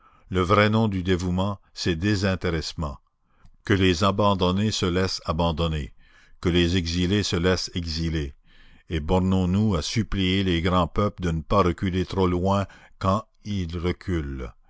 le vrai nom du dévouement c'est désintéressement que les abandonnés se laissent abandonner que les exilés se laissent exiler et bornons-nous à supplier les grands peuples de ne pas reculer trop loin quand ils reculent